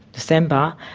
december,